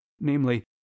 namely